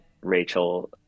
Rachel